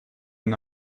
one